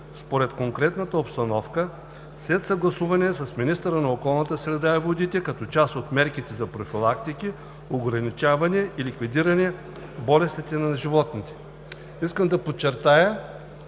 според конкретната обстановка след съгласуване с министъра на околната среда и водите като част от мерките за профилактика, ограничаване и ликвидиране болестите на животните.“ Искам да подчертая,